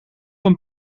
een